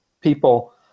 people